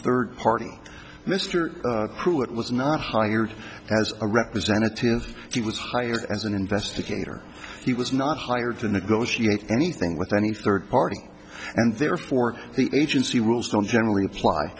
third party mr who it was not hired as a representative he was hired as an investigator he was not hired to negotiate anything with any third party and therefore the agency rules don't generally